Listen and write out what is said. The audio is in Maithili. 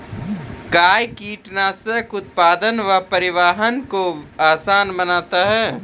कया कीटनासक उत्पादन व परिवहन को आसान बनता हैं?